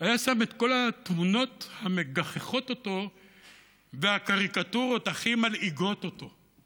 היה שם את כל התמונות המגחכות אותו ואת הקריקטורות הכי מלעיגות אותו.